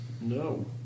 No